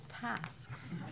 tasks